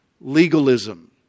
legalism